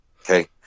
Okay